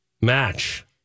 match